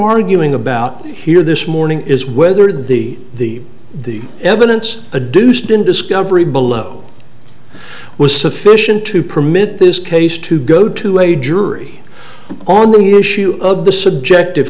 arguing about here this morning is whether the the evidence a deuced in discovery below was sufficient to permit this case to go to a jury on many issues of the subjective